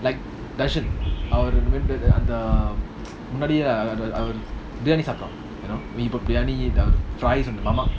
like அந்தமுன்னாடியேபிரியாணிசாப்பிட்டோம்:andha munnadie biriyani saptom